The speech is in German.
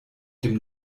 dem